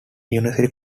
university